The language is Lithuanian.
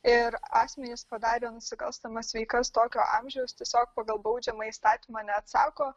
ir asmenys padarę nusikalstamas veikas tokio amžiaus tiesiog pagal baudžiamąjį įstatymą neatsako